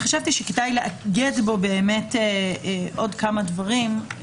חשבתי שכדאי לאגד בו עוד כמה דברים.